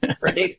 right